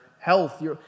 health